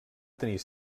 tenir